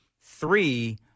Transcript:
three